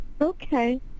Okay